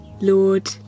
Lord